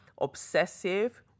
obsessive